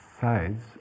sides